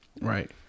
right